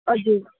हजुर